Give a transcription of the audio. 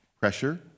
pressure